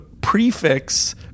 prefix